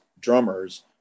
drummers